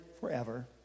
forever